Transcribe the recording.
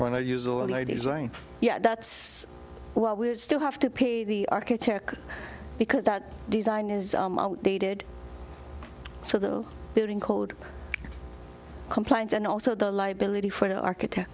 ideas right yeah that's what we're still have to pay the architech because that design is dated so the building code compliance and also the liability for the architect